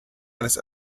eines